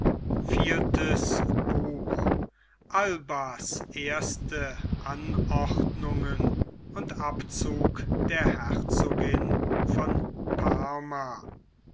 v n albas erste anordnungen und abzug der herzogin von parma